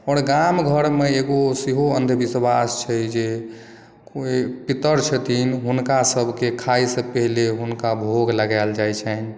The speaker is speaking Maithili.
आओर गाम घरमे एगो सेहो अन्धविश्वाश छै जे कोई पितर छथिन हुनका सभकेँ खायसँ पहिने हुनका भोग लगायल जाइत छनि